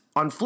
on